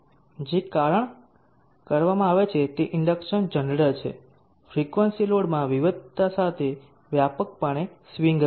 જે કારણ કરવામાં આવે છે તે ઇન્ડક્શન જનરેટર છે ફ્રિકવન્સી લોડમાં વિવિધતા સાથે વ્યાપકપણે સ્વિંગ કરે છે